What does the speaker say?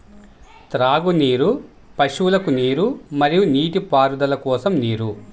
త్రాగునీరు, పశువులకు నీరు మరియు నీటిపారుదల కోసం నీరు